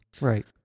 Right